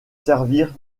servir